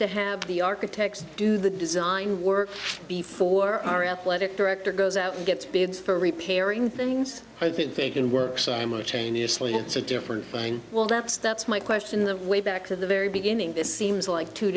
to have the architects do the design work before our athletic director goes out and gets bids for repairing things i think they can work simultaneously that's a different thing well that's that's my question the way back to the very beginning this seems like two